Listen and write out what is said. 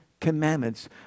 commandments